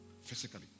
physically